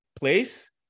place